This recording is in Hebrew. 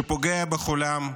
שפוגע בכולם,